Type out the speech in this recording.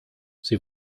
sie